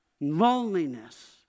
loneliness